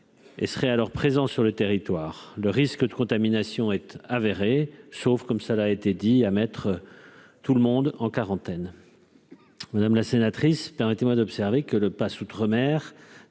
Et serait à leur présence sur le territoire, le risque de contamination, être avérée, sauf comme ça l'a été dit à mettre tout le monde en quarantaine, madame la sénatrice témoin d'observer que le Pass, outre-mer